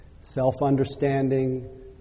Self-understanding